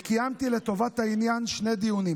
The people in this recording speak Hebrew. וקיימתי לטובת העניין שני דיונים.